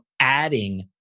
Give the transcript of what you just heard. adding